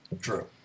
True